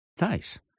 Nice